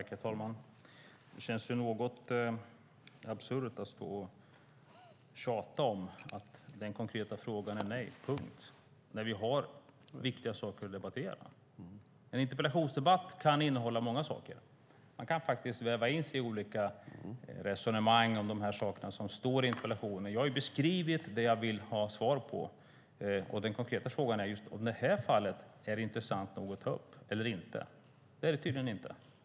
Herr talman! Det känns något absurt att stå och tjata om att det konkreta svaret är nej - punkt. Vi har ju viktiga saker att debattera. En interpellationsdebatt kan innehålla många saker. Man kan väva in olika resonemang om de saker som står i interpellationen. Jag har beskrivit det jag vill ha svar på, och den konkreta frågan är om det här fallet är intressant nog att ta upp eller inte. Det är det tydligen inte.